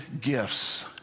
gifts